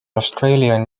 australian